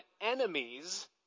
enemies